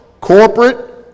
corporate